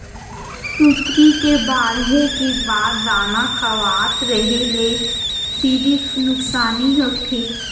कुकरी के बाड़हे के बाद दाना खवावत रेहे ल सिरिफ नुकसानी होथे